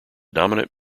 dominant